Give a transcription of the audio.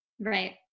Right